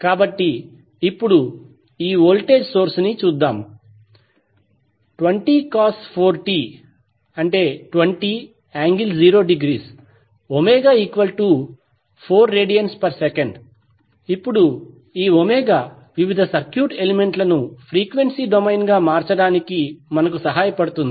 కాబట్టి ఇప్పుడు ఈ వోల్టేజ్ సోర్స్ ని చూద్దాం 20 cos⁡4t⇒20∠0° ω4 rads ఇప్పుడు ఈ ω వివిధ సర్క్యూట్ ఎలిమెంట్ల ను ఫ్రీక్వెన్సీ డొమైన్గా మార్చడానికి మనకు సహాయపడుతుంది